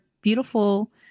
beautiful